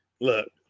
Look